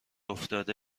افتاده